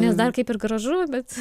nes dar kaip ir gražu bet